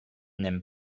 n’aiment